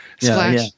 Splash